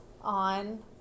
on